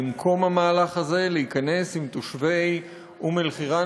במקום המהלך הזה להיכנס להידברות עם תושבי אום-אלחיראן.